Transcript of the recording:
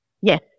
yes